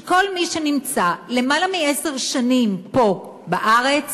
שכל מי שנמצא למעלה מעשר שנים פה בארץ